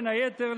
בין היתר,